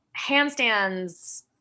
handstands